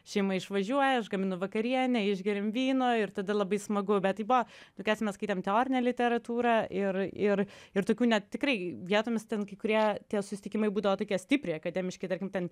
šeima išvažiuoja aš gaminu vakarienę išgeriam vyno ir tada labai smagu bet tai buvo tai kas mes skaitėm teorinę literatūrą ir ir ir tokių net tikrai vietomis ten kai kurie tie susitikimai būdavo tokie stipri akademiški tarkim ten